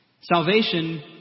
Salvation